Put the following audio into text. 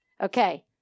Okay